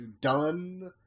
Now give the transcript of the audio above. done